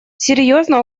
серьезно